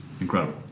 incredible